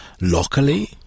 locally